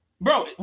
Bro